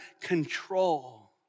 control